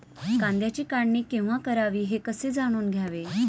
कांद्याची काढणी केव्हा करावी हे कसे जाणून घ्यावे?